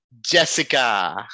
Jessica